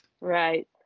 Right